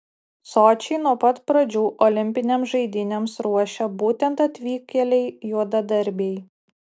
sočį nuo pat pradžių olimpinėms žaidynėms ruošė būtent atvykėliai juodadarbiai